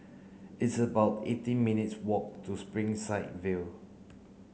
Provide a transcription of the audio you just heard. it's about eighteen minutes' walk to Springside View